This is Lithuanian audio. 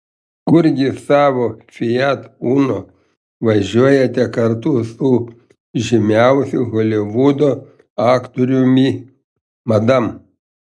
kurgi savo fiat uno važiuojate kartu su žymiausiu holivudo aktoriumi madam